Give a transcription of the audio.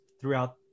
throughout